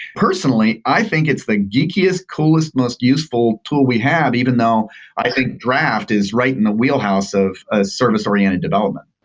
personally, i think it's the geekiest, coolest, most useful tool we have, even though i think draft is right in the wheelhouse of a service-oriented development.